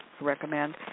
recommend